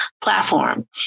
platform